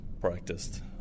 practiced